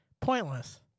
Pointless